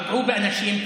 פגעו באנשים,